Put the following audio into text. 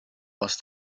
ost